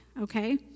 Okay